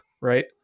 right